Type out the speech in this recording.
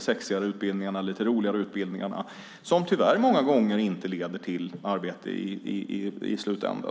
sexigare och roligare utbildningarna, som tyvärr många gånger inte leder till arbete i slutändan.